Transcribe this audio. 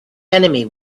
enemy